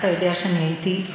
אתה יודע שאני הייתי,